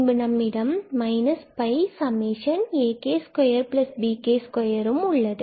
பின்பு நம்மிடம் ak2bk2உள்ளது